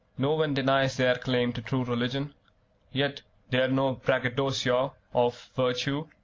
no one denies their claim to true religion yet they're no braggadocios of virtue,